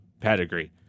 pedigree